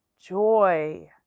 joy